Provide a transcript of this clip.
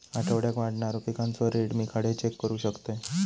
आठवड्याक वाढणारो पिकांचो रेट मी खडे चेक करू शकतय?